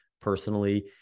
personally